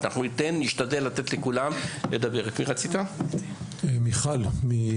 בבקשה, מיכל.